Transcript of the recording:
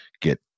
get